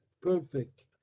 perfect